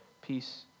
peace